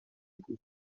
بود